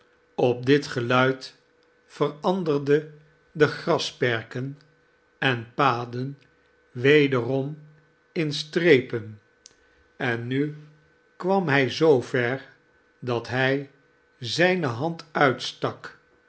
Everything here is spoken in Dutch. op dit geluid veranderden de grasperken en paden wederom in strepen en nu kwam hij zoover dathij zijnehand uitstak